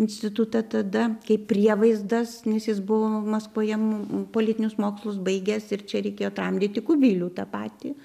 institutą tada kaip prievaizdas nes jis buvo maskvoje m politinius mokslus baigęs ir čia reikėjo tramdyti kubilių tą patį